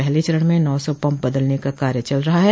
पहले चरण में नौ सौ पम्प बदलने का कार्य चल रहा है